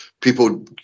people